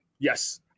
Yes